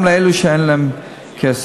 גם אלו שאין להם כסף.